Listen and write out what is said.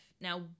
now